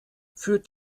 führt